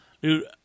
Dude